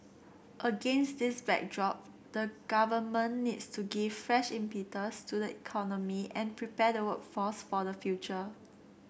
against this backdrop the Government needs to give fresh impetus to the economy and prepare the workforce for the future